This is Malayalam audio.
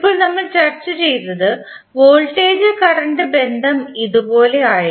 ഇപ്പോൾ നമ്മൾ ചർച്ച ചെയ്ത വോൾട്ടേജ് കറന്റ് ബന്ധം ഇതുപോലെയായിരുന്നു